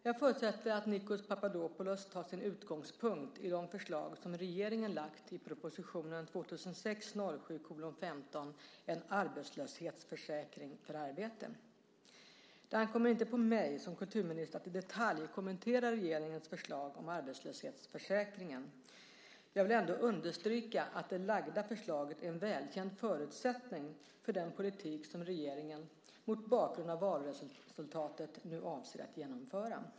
Jag förutsätter att Nikos Papadopoulos tar sin utgångspunkt i de förslag som regeringen har lagt fram i propositionen 2006/07:15 En arbetslöshetsförsäkring för arbete. Det ankommer inte på mig som kulturminister att i detalj kommentera regeringens förslag om arbetslöshetsförsäkringen. Jag vill ändå understryka att det framlagda förslaget är en välkänd förutsättning för den politik som regeringen, mot bakgrund av valresultatet, nu avser att genomföra.